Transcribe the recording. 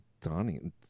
Donnie